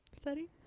study